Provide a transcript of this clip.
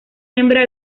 hembra